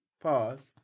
pause